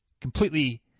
completely